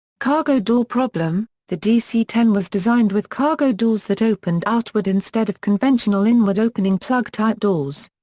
cargo door problem the dc ten was designed with cargo doors that opened outward instead of conventional inward-opening plug-type doors.